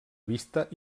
vista